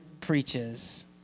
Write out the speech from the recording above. preaches